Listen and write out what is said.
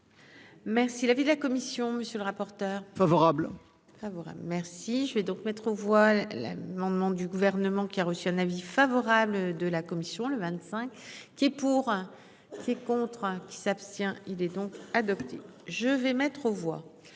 Merci la vie, la commission monsieur le rapporteur. Favorable, favorable. Merci je vais donc mettre aux voix l'amendement du gouvernement qui a reçu un avis favorable de la commission le 25 qui pour ces contre qui s'abstient. Il est donc adopté. Je vais mettre aux voix